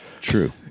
True